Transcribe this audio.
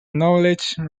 knowledge